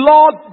Lord